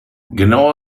genau